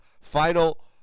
final